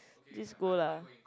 just go lah